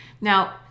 Now